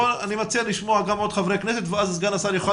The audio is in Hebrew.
אני מציע לשמוע עוד חברי כנסת ואז סגן השר יוכל